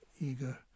eager